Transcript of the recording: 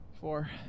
Four